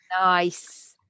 Nice